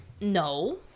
No